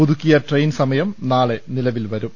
പുതുക്കിയ ട്രെയിൻ സമയം നാളെ നിലവിൽവരും